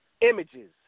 Images